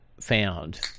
found